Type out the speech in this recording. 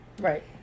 Right